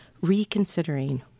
Reconsidering